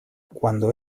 cuando